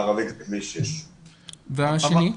ומערבית לכביש 6. והשני?